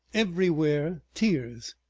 everywhere tears.